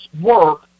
work